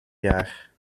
jaar